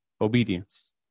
Obedience